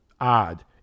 odd